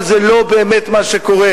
אבל זה לא באמת מה שקורה.